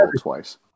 twice